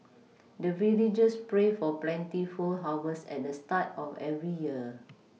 the villagers pray for plentiful harvest at the start of every year